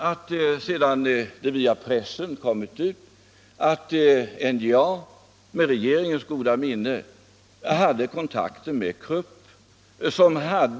Det andra är att det via pressen blev bekant att NJA med regeringens goda minne hade kontakter med Krupps industrigrupp.